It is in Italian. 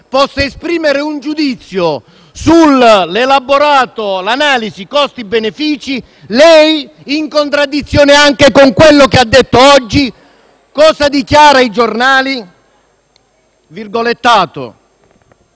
possa esprimere un giudizio sull'analisi costi-benefici, lei, in contraddizione anche con quello che ha detto oggi, cosa dichiara ai giornali?